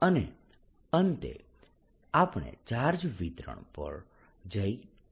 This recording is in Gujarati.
અને અંતે આપણે ચાર્જ વિતરણ પર જઈએ છીએ